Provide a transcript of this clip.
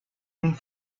nun